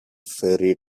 ferry